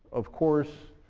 of course,